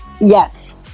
Yes